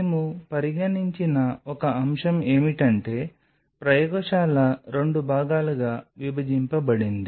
మేము పరిగణించిన ఒక అంశం ఏమిటంటే ప్రయోగశాల 2 భాగాలుగా విభజించబడింది